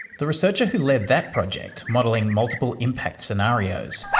the researcher who led that project, modelling multiple impact scenarios,